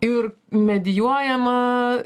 ir medijuojama